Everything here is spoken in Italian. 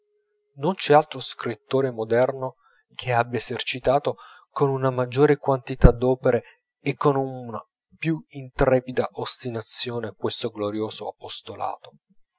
non c'è altro scrittore moderno che abbia esercitato con una maggior quantità d'opere e con una più intrepida ostinazione questo glorioso